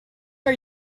are